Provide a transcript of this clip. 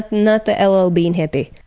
not the ll ah bean hippie.